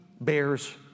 bears